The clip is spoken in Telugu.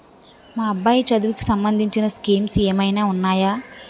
మా అబ్బాయి చదువుకి సంబందించిన స్కీమ్స్ ఏమైనా ఉన్నాయా?